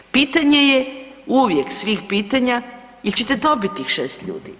Pitanje je uvijek svih pitanja, je l' ćete dobiti tih 6 ljudi?